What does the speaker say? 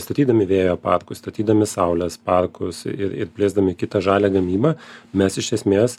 statydami vėjo parkus statydami saulės parkus ir ir plėsdami kitą žalią gamybą mes iš esmės